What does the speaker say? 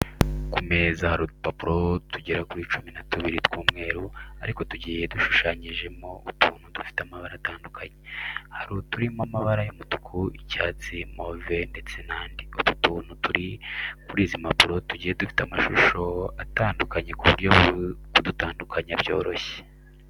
Ku meza hari udupapuro tugera kuri cumi na tubiri tw'umweru ariko tugiye dushushanyijemo utuntu dufite amabara atandukanye. Hari uturimo amabara y'umutuku, icyatsi, move ndetse n'andi. Utu tuntu turi kuri izi mpapuro tugiye dufite amashusho atandukanye ku buryo kudutandukanya byoroshye.